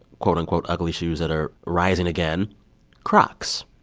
quote, unquote, ugly shoes that are rising again crocs.